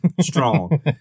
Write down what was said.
Strong